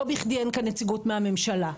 לא בכדי אין כאן נציגות מהממשלה,